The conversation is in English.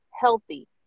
healthy